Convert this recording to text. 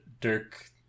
Dirk